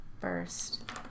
first